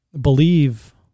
Believe